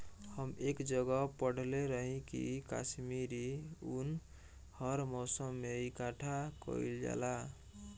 हम एक जगह पढ़ले रही की काश्मीरी उन हर मौसम में इकठ्ठा कइल जाला